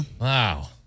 Wow